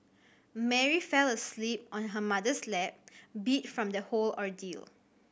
Mary fell asleep on her mother's lap beat from the whole ordeal